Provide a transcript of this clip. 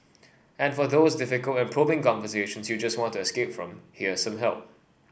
and for those difficult and probing conversations you just want to escape from here some help